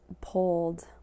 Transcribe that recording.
pulled